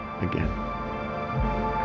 again